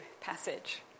passage